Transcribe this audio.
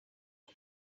but